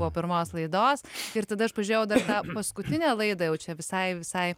po pirmos laidos ir tada aš pažiūrėjau dar tą paskutinę laidą jau čia visai visai